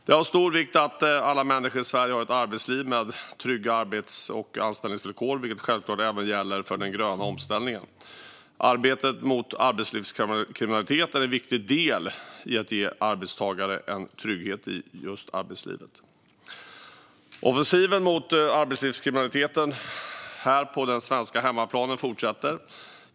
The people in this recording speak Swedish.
Det är av stor vikt att alla människor i Sverige har ett arbetsliv med trygga arbets och anställningsvillkor, vilket självklart även gäller för den gröna omställningen. Arbetet mot arbetslivskriminalitet är en viktig del i att ge arbetstagare en trygghet i arbetslivet. Offensiven mot arbetslivskriminaliteten här på den svenska hemmaplanen fortsätter.